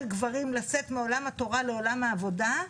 גברים לצאת מעולם התורה לעולם העבודה,